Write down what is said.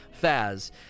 Faz